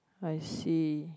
I see